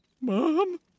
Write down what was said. Mom